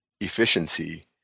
efficiency